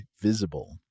Visible